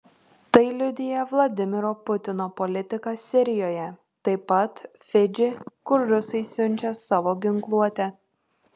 tai liudija vladimiro putino politika sirijoje taip pat fidži kur rusai siunčia savo ginkluotę